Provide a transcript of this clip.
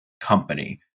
company